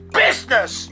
business